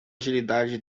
agilidade